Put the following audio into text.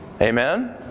Amen